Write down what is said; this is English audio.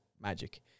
magic